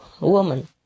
woman